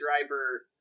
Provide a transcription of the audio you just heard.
driver